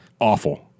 awful